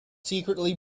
secretly